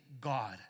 God